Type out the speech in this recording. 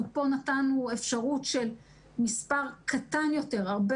אנחנו פה נתנו אפשרות של מספר הרבה